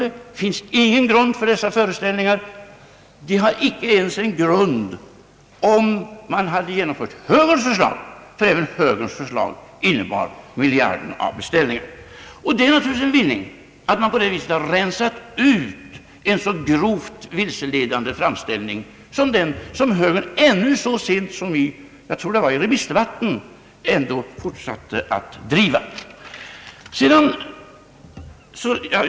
Det finns ingen grund för dessa föreställningar, inte ens om högerns förslag hade genomförts som också det innebar minskade beställningar på en miljard kronor. Det är naturligtvis en vinning att man på det viset har rensat ut en så grovt vilseledande framställning som den högern ännu så sent som i remissdebatten, om jag inte tar fel, fortsatte att driva.